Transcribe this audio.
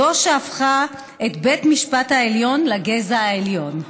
זאת שהפכה את בית המשפט העליון לגזע העליון.